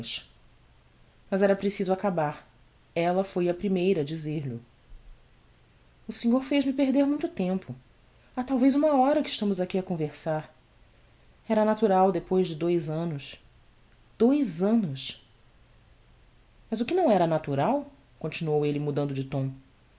mas era preciso acabar ella foi a primeira a dizer lho o senhor fez-me perder muito tempo ha talvez uma hora que estamos aqui a conversar era natural depois de dous annos dous annos mas o que não era natural continuou ella mudando de tom